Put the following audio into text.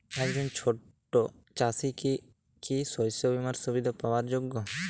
একজন ছোট চাষি কি কি শস্য বিমার সুবিধা পাওয়ার যোগ্য?